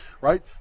right